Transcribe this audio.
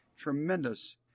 tremendous